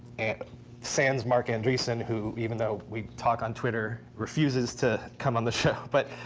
sans marc andreessen, who even though we talk on twitter refuses to come on the show. but